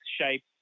shape